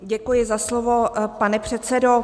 Děkuji za slovo, pane předsedo.